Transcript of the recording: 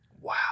Wow